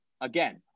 Again